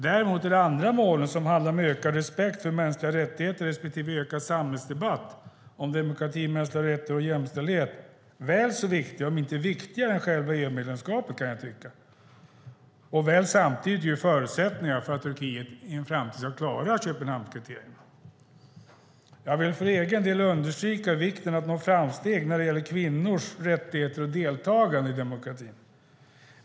Däremot är de andra målen, som handlar om ökad respekt för mänskliga rättigheter respektive ökad samhällsdebatt om demokrati, mänskliga rättigheter och jämställdhet, väl så viktiga om inte viktigare än själva EU-medlemskapet, kan jag tycka, och ju samtidigt förutsättningar för att Turkiet i en framtid ska klara Köpenhamnskriterierna. Jag vill för egen del understryka vikten av att nå framsteg när det gäller kvinnors rättigheter och deltagande i demokratin.